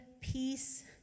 peace